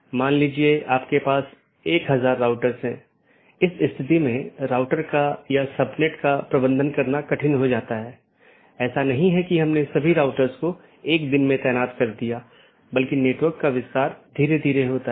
इसलिए पड़ोसियों की एक जोड़ी अलग अलग दिनों में आम तौर पर सीधे साझा किए गए नेटवर्क को सूचना सीधे साझा करती है